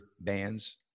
bands